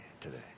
today